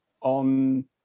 on